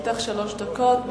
לרשותך שלוש דקות.